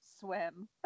swim